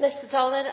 Jeg vil